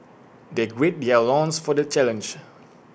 they gird their loins for the challenge